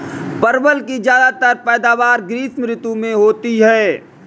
परवल की ज्यादातर पैदावार ग्रीष्म ऋतु में होती है